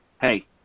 hey